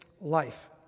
life